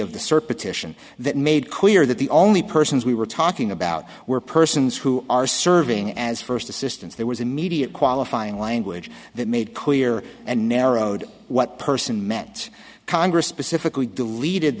of the serp attention that made clear that the only persons we were talking about were persons who are serving as first assistants there was immediate qualifying language that made clear and narrowed what person meant congress specifically deleted